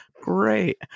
Great